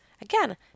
Again